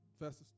verses